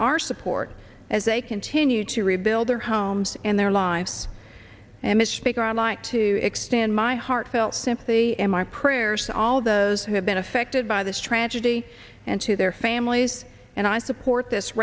our support as they continue to rebuild their homes and their lives and mr speaker i'd like to extend my heartfelt sympathy and my prayers to all those who have been affected by this tragedy and to their families and i support this